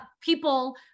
People